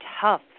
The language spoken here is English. tough